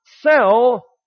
sell